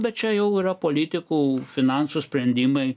bet čia jau yra politikų finansų sprendimai